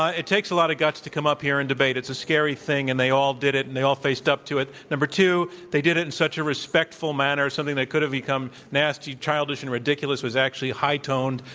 ah it takes a lot of guts to come up here and debate. it's a scary thing, and they all did it, and they all faced up to it. number two, they did it in such a respectful manner, something that could have become nasty, childish, and ridiculous was actually high-toned,